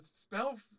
spell